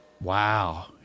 Wow